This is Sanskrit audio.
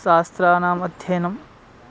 शास्त्राणाम् अध्ययनं